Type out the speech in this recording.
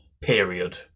period